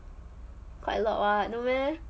quite a lot not meh